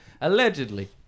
allegedly